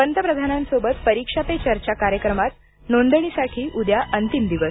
पंतप्रधानांसोबत परीक्षा पे चर्चा कार्यक्रमात नोंदणीसाठी उद्या अंतिम दिवस